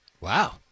wow